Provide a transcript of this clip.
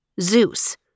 Zeus